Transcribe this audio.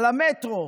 על המטרו,